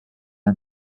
men